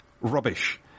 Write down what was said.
rubbish